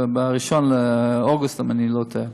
ב-1 באוגוסט, אם אני לא טועה,